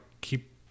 keep